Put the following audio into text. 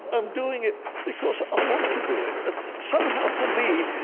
i'm doing it because i want to do it. and somehow, for me,